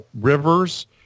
rivers